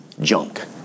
junk